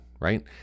right